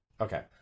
okay